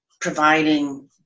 providing